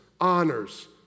honors